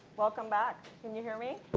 welcome back. can you hear me?